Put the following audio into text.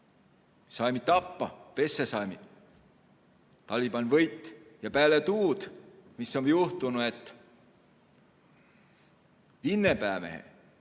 saimi tappa, pessä saimi, Taliban võit. Ja pääle tuud, mis om juhtunuq, et Vinne päämiheq